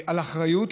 על אחריות,